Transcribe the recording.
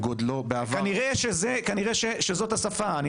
כנראה שזאת השפה.